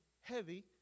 heavy